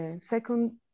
Second